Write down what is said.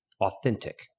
authentic